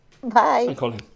bye